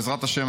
בעזרת השם,